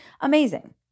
amazing